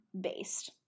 based